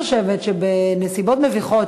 אני חושבת שבנסיבות מביכות,